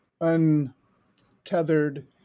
untethered